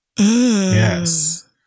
yes